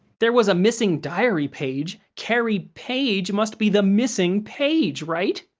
there was a missing diary page carrie paige must be the missing paige, right?